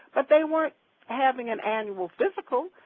but they weren't having an annual physical.